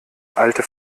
alte